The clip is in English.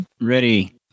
Ready